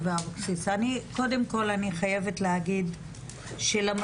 אני לא אכנס לזה,